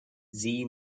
zee